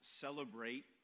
celebrate